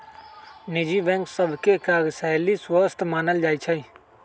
निजी बैंक सभ के काजशैली स्वस्थ मानल जाइ छइ